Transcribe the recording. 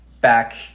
back